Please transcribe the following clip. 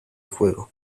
juego